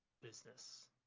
business